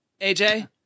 AJ